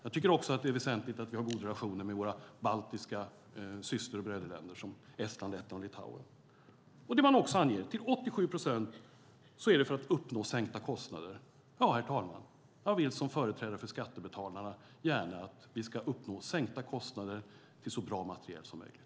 Jag tycker också att det är väsentligt att vi har goda relationer med våra baltiska syster och broderländer som Estland, Lettland och Litauen. Man anger också att skälen till 87 procent är att uppnå sänkta kostnader. Jag vill, herr talman, som företrädare för skattebetalarna gärna att vi ska uppnå sänkta kostnader för så bra materiel som möjligt.